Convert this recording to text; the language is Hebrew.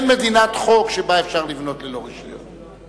אין מדינת חוק שאפשר לבנות בה ללא רשיון.